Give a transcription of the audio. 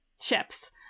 ships